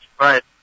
Right